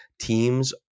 Teams